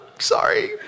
Sorry